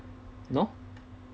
no